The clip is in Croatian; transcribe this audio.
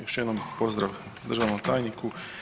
Još jednom pozdrav državnom tajniku.